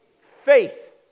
faith